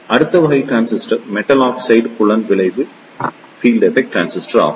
அடுத்த வகை transistor metal oxide புலம் விளைவு டிரான்சிஸ்டர் ஆகும்